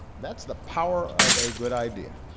that's the power of a good idea.